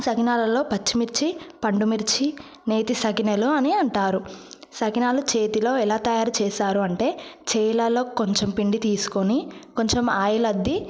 సకినాలలో పచ్చి మిర్చి పండు మిర్చి నేతి సకినాలు అని అంటారు సకినాలు చేతిలో ఎలా తయారు చేస్తారు అంటే చేయిలలో కొంచెం పిండి తీసుకొని కొంచెం ఆయిల్ అద్ది